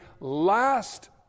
last